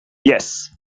yes